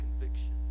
conviction